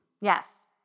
Yes